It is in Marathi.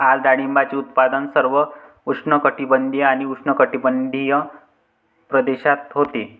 आज डाळिंबाचे उत्पादन सर्व उष्णकटिबंधीय आणि उपउष्णकटिबंधीय प्रदेशात होते